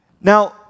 Now